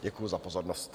Děkuji za pozornost.